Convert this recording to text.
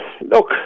look